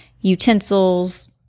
utensils